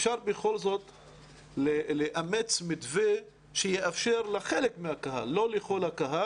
לאמץ מתווה שיאפשר לחלק מהקהל להגיע.